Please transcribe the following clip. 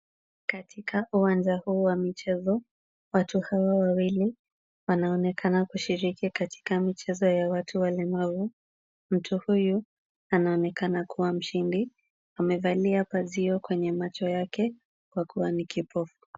Katika uwanja huu wa michezo watu hawa wawili wanaonekana kushiriki katika michezo ya watu walemavu. Mtu huyu anaonekana kuwa mshindi. Amevalia pazio kwenye macho yake kwa kuwa ni kipofu.